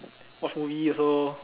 watch movie also